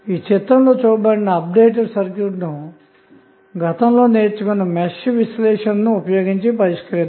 చిత్రంలో చూపబడిన updated circuit ను గతంలో నేర్చుకొన్న మెష్ విశ్లేషణను ఉపయోగించి పరిష్కరిద్దాము